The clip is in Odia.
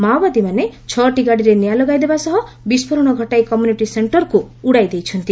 ମାଓବାଦୀମାନେ ଛଅଟି ଗାଡ଼ିରେ ନିଆଁ ଲଗାଇଦେବା ସହ ବିସ୍ଫୋରଣ ଘଟାଇ କମ୍ୟୁନିଟି ସେଣ୍ଟରକୁ ଉଡ଼ାଇ ଦେଇଛନ୍ତି